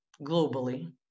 globally